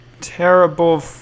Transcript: terrible